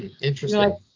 Interesting